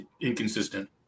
inconsistent